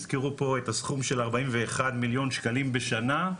הזכירו פה את הסכום של 41 מליון שקלים בשנה,